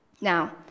Now